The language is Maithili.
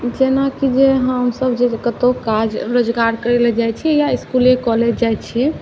जेनाकि जे हमसब जे कतहु काज रोजगार करैलए जाइ छी या इसकुले कॉलेज जाइ छिए